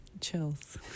chills